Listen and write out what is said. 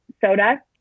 soda